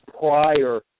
prior